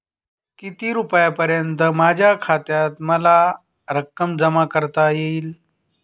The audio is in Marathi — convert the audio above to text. किती रुपयांपर्यंत माझ्या खात्यात मला रक्कम जमा करता येईल?